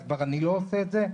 אז גם אני לא עושה את זה.